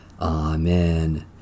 Amen